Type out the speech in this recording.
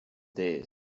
this